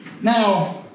Now